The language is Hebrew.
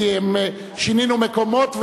כי שינינו מקומות,